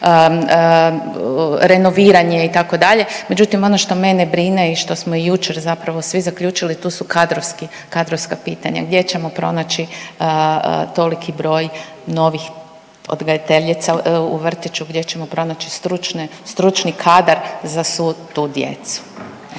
renoviranje itd., međutim ono što mene brine i što smo i jučer zapravo svi zaključili to su kadrovski, kadrovska pitanja, gdje ćemo pronaći toliki broj novih odgajateljica u vrtiću, gdje ćemo pronaći stručne, stručni kadar za svu tu djecu.